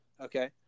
Okay